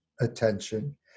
attention